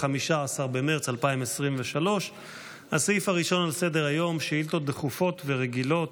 15 במרץ 2023. הסעיף הראשון על סדר-היום: שאילתות דחופות ורגילות.